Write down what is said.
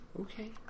Okay